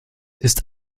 ist